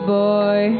boy